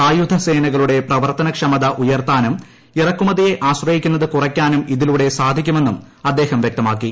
സായുധ സേനകളുടെ പ്രവർത്തനക്ഷമത ഉയർത്താനും ഇറക്കുമതിയെ ആശ്രയിക്കുന്നത് കുറയ്ക്കാനും ഇതിലൂടെ സാധിക്കുമെന്നും അദ്ദേഹം വ്യക്തമാക്കി